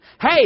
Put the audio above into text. Hey